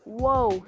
whoa